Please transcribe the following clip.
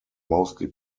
mostly